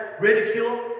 ridicule